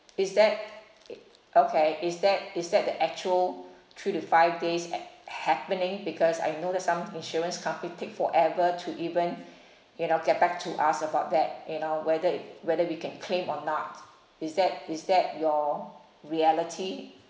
is that okay is that is that the actual three to five days happening because I know that some insurance company take forever to even you know get back to us about that you know whether it whether we can claim or not is that is that your reality